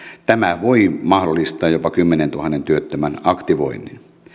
tämä voi mahdollistaa jopa kymmenentuhannen työttömän aktivoinnin